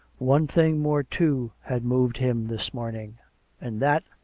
one thing more, too, had moved him this morning and that,